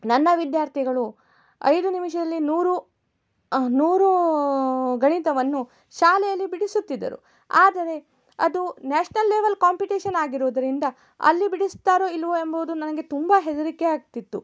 ನನ್ನ ವಿದ್ಯಾರ್ಥಿಗಳು ಐದು ನಿಮಿಷದಲ್ಲಿ ನೂರು ನೂರು ಗಣಿತವನ್ನು ಶಾಲೆಯಲ್ಲಿ ಬಿಡಿಸುತ್ತಿದ್ದರು ಆದರೆ ಅದು ನ್ಯಾಷ್ನಲ್ ಲೆವಲ್ ಕಾಂಪಿಟೇಷನ್ ಆಗಿರೋದರಿಂದ ಅಲ್ಲಿ ಬಿಡಿಸ್ತಾರೋ ಇಲ್ಲವೋ ಎಂಬುವುದು ನನಗೆ ತುಂಬ ಹೆದರಿಕೆ ಆಗ್ತಿತ್ತು